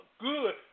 good